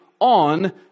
On